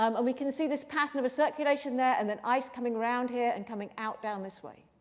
um we can see this pattern of a circulation there, and then ice coming around here and coming out down this way.